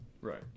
Right